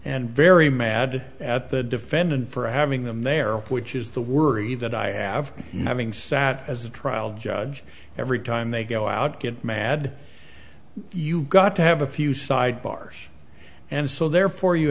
and very mad at the defendant for having them there which is the worry that i have nothing sat as a trial judge every time they go out get mad you got to have a few sidebars and so therefore you